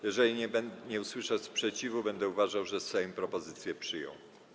Jeżeli nie usłyszę sprzeciwu, będę uważał, że Sejm propozycję przyjął.